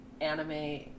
anime